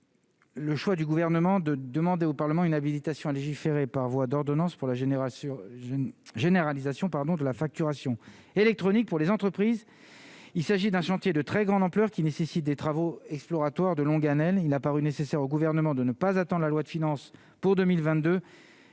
le choix du gouvernement de demander au Parlement une habilitation à légiférer par voie d'ordonnance pour la génération généralisation, pardon de la facturation électronique pour les entreprises, il s'agit d'un chantier de très grande ampleur qui nécessite des travaux exploratoires de longues années, il a paru nécessaire au gouvernement de ne pas attend la loi de finances pour 2022,